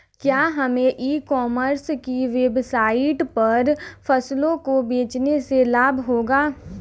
क्या हमें e commerce की वेबसाइट पर फसलों को बेचने से लाभ होगा?